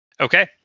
Okay